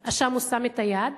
אז שם הוא שם את היד.